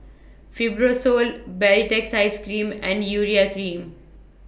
Fibrosol Baritex Cream and Urea Cream